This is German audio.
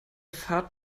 fahrt